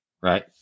right